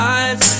eyes